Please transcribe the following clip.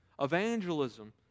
Evangelism